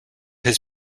his